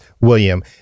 William